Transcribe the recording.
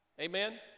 Amen